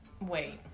wait